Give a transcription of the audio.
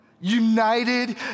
united